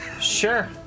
Sure